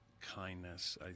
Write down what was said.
kindness